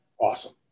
awesome